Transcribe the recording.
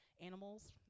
animals